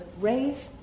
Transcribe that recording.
raise